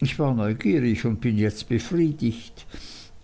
ich war neugierig und bin jetzt befriedigt